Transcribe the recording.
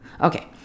Okay